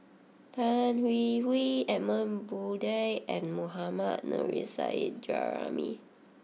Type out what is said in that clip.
Tan Hwee Hwee Edmund Blundell and Mohammad Nurrasyid Juraimi